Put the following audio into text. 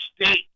state